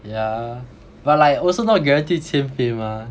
yeah but like also not guarantee 千倍 mah